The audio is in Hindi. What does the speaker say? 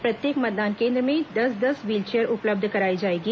प्रत्येक मतदान केंद्र में दस दस व्हीलचेयर उपलब्ध कराई जाएगी